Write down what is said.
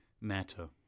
matter